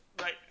Right